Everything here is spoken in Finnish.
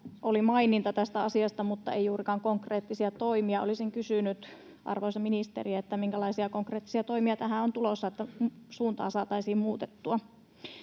oli maininta tästä asiasta mutta ei juurikaan konkreettisia toimia. Olisin kysynyt, arvoisa ministeri, minkälaisia konkreettisia toimia tähän on tulossa, että suuntaa saataisiin muutettua.